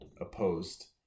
opposed